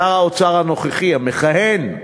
שר האוצר הנוכחי, המכהן,